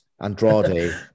Andrade